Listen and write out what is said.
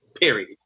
Period